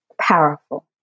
Powerful